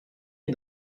est